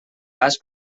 pas